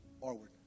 forward